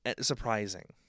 surprising